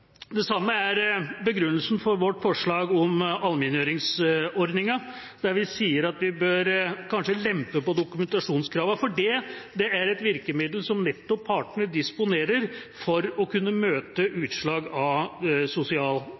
Det samme er begrunnelsen for vårt forslag om allmenngjøringsordninga, der vi sier at vi kanskje bør lempe på dokumentasjonskrava, for det er et virkemiddel som partene disponerer for å kunne møte utslag av